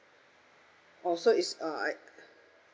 oh so it's uh I